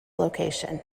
location